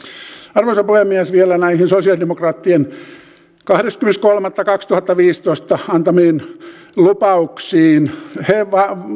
arvoisa puhemies vielä näihin sosialidemokraattien kahdeskymmenes kolmatta kaksituhattaviisitoista antamiin lupauksiin he